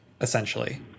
essentially